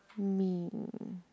mean